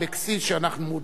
שאנחנו מודעים.